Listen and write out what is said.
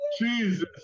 Jesus